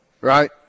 right